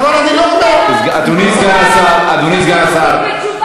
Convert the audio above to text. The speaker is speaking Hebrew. אבל אני לא, אדוני סגן השר, אדוני סגן השר.